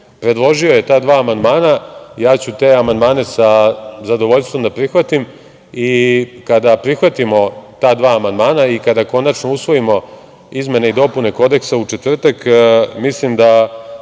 Predložio je ta dva amandmana. Ja ću te amandmane sa zadovoljstvom da prihvatim i kada prihvatimo ta dva amandmana i kada konačno usvojimo izmene i dopune Kodeksa u četvrtak, mislim da